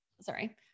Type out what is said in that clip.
sorry